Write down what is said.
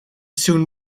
soon